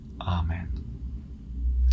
amen